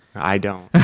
i don't.